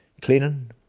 cleaning